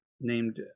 named